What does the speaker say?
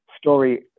story